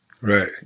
Right